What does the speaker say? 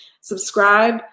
subscribe